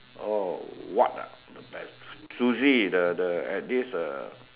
oh what ah the best sushi the the at this uh